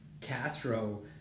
Castro